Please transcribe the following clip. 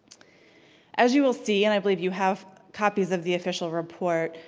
as you will see, and i believe you have copies of the official report,